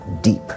deep